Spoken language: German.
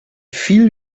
viel